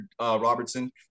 Robertson